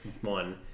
one